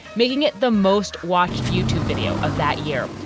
making it the most watched youtube video of that year.